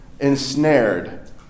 ensnared